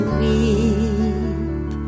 weep